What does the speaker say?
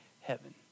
heaven